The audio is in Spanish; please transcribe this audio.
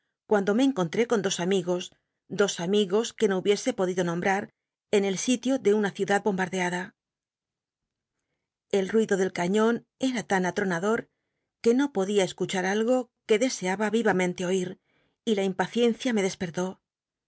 cuando me encontré con dos am igos dos amigos que no hubiese podido nombrar en el sitio de una ciudad bomba r deada el j'll ido del cañon era tan atronador que no podía escuchar algo que deseaba vivamente oi r y la impaciencia me despertó